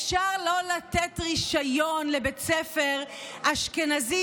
אפשר לא לתת רישיון לבית ספר אשכנזי